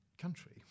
country